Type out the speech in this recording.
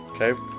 Okay